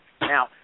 Now